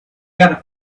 gotta